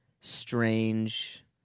strange